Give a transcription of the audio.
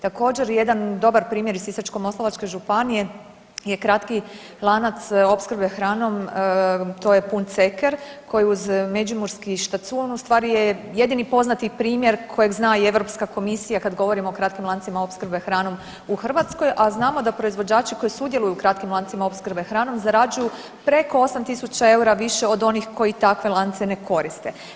Također, jedan dobar primjer iz Sisačko-moslavačke županije je kratki lanac opskrbe hranom, to je Pun ceker koji uz Međimurski štacun ustvari je jedini poznati primjer kojeg zna i Europska komisija kad govorimo o kratkim lancima opskrbe hranom u Hrvatskoj, a znamo da proizvođači koji sudjeluju u kratkim lancima opskrbe hranom zarađuju preko 8 tisuća EUR-a više od onih koji takve lance ne koriste.